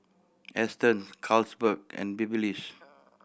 Astons Carlsberg and Babyliss